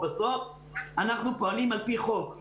בסוף אנחנו פועלים על-פי חוק.